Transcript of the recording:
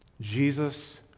Jesus